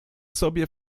sobie